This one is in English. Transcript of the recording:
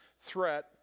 threat